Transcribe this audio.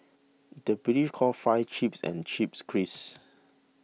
the British calls Fries Chips and Chips Crisps